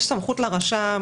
יש סמכות לרשם,